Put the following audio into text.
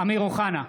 אמיר אוחנה,